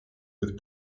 with